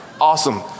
Awesome